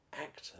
actor